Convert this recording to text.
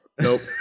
Nope